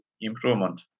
improvement